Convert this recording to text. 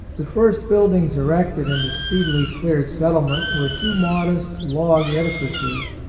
the first buildings erected in the speedily cleared settlement were two modest log edifices,